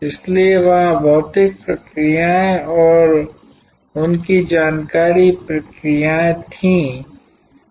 इसलिए वहाँ भौतिक प्रक्रियाएँ और उनकी जानकारी प्रक्रियाएँ थीं